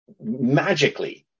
magically